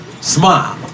Smile